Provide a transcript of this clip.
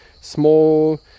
small